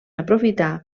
aprofitar